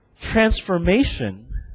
transformation